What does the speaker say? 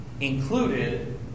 Included